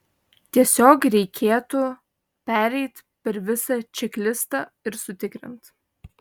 tiesiog reikėtų pereit per visą čeklistą ir sutikrint